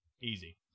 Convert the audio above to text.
Easy